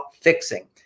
fixing